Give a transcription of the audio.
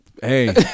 Hey